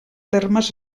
termes